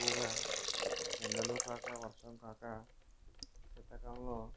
ఎక్కువుగా ఎండలు కాక వర్షం కాక శీతాకాలంలో